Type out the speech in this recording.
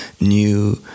new